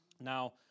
Now